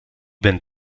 ben